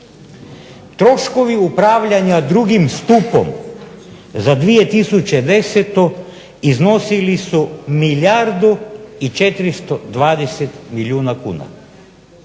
Troškovi upravljanja drugim stupom za 2010. iznosili su milijardu i 420 milijuna kuna.